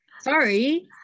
sorry